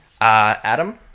Adam